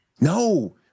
No